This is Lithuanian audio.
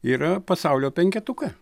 yra pasaulio penketuke